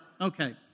Okay